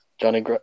Johnny